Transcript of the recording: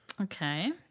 Okay